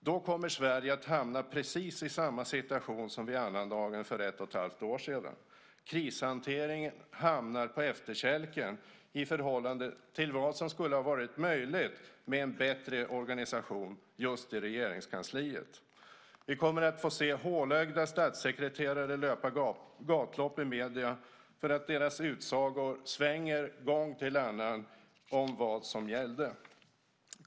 Då kommer Sverige att hamna precis i samma situation som vid annandagen för ett och ett halvt år sedan. Krishantering hamnar på efterkälken i förhållande till vad som skulle ha varit möjligt med en bättre organisation just i Regeringskansliet. Vi kommer att få se hålögda statssekreterare löpa gatlopp i medier för att deras utsagor om vad som gällde svänger från gång till annan.